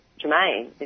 Jermaine